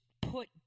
put